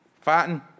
Fighting